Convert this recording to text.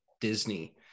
Disney